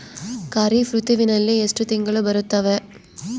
ಖಾರೇಫ್ ಋತುವಿನಲ್ಲಿ ಎಷ್ಟು ತಿಂಗಳು ಬರುತ್ತವೆ?